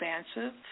expansive